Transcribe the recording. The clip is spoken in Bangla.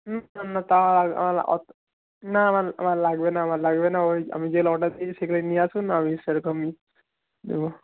তা অত না আমার আমার লাগবে না আমার লাগবে না ওই আমি যেগুলো অর্ডার দিয়েছি সেগুলোই নিয়ে আসুন আমি সেরকমই নেব